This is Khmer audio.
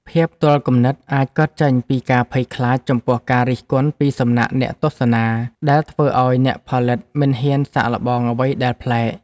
ភាពទាល់គំនិតអាចកើតចេញពីការភ័យខ្លាចចំពោះការរិះគន់ពីសំណាក់អ្នកទស្សនា ដែលធ្វើឱ្យអ្នកផលិតមិនហ៊ានសាកល្បងអ្វីដែលប្លែក។